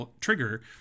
trigger